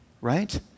right